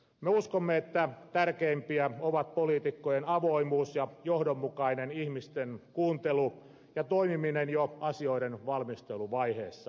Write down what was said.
me uskomme että tärkeimpiä ovat poliitikkojen avoimuus ja johdonmukainen ihmisten kuuntelu ja toimiminen jo asioiden valmisteluvaiheessa